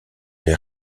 les